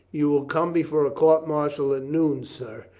you will come before a court martial at noon, sir,